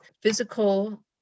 physical